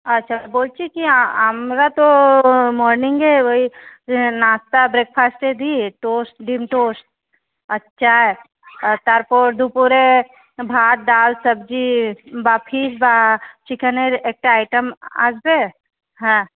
আচ্ছা বলছি কি আ আমরা তো মর্নিংয়ে ওই ইয়ে নাস্তা ব্রেকফাস্টে দিই টোস্ট ডিম টোস্ট আর চা আর তারপর দুপুরে ভাত ডাল সবজি বা ফিশ বা চিকেনের একটা আইটাম আসবে হ্যাঁ